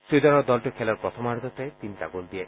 চুইডেনৰ দলটোৱে খেলৰ প্ৰথমাৰ্ধতে তিনিটা গল দিয়ে